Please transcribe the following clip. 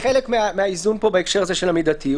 זה חלק מהאיזון פה בהקשר הזה של המידתיות,